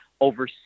Over